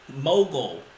mogul